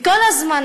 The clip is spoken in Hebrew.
וכל זמן,